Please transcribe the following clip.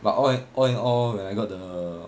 but all all in all when I got the